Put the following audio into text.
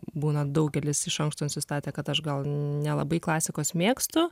būna daugelis iš anksto nusistatę kad aš gal nelabai klasikos mėgstu